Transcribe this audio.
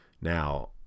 Now